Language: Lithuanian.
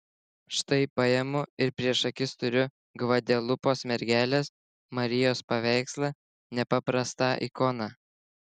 štai paimu ir prieš akis turiu gvadelupos mergelės marijos paveikslą nepaprastą ikoną